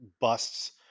busts